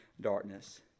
darkness